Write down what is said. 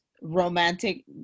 romantic